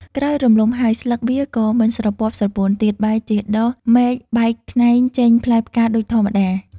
ក្រោយរលំហើយ ស្លឹកវាក៏មិនស្រពាប់ស្រពោនទៀត បែរជាដុះមែកបែកខ្នែងចេញផ្លែផ្កា ដូចធម្មតា ។